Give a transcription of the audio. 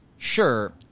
Sure